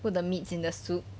put the meats in the soup